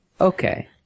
Okay